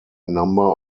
number